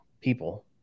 people